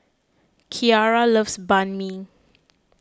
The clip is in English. Keara loves Banh Mi